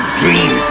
dream